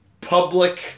public